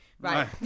Right